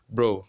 Bro